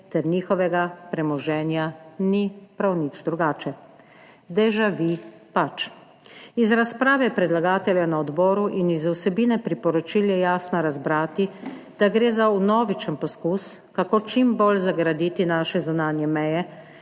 ter njihovega premoženja ni prav nič drugače. Déjà Vu pač. Iz razprave predlagatelja na odboru in iz vsebine priporočil je jasno razbrati, da gre za vnovičen poskus, kako čim bolj zagraditi naše zunanje meje